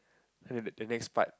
and the next part